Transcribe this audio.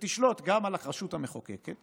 שתשלוט גם על הרשות המחוקקת